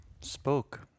spoke